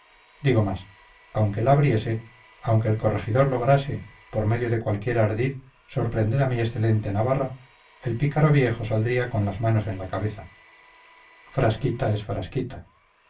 digo más aunque la abriese aunque el corregidor lograse por medio de cualquier ardid sorprender a mi excelente navarra el pícaro viejo saldría con las manos en la cabeza frasquita es frasquita